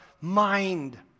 mind